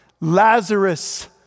Lazarus